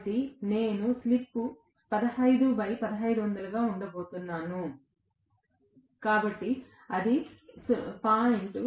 కాబట్టి నేను స్లిప్ 151500 గా ఉండబోతున్నాను కాబట్టి అది 0